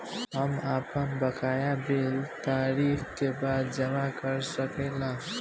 हम आपन बकाया बिल तारीख क बाद जमा कर सकेला?